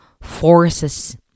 forces